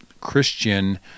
Christian